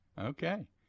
okay